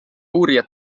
uurijad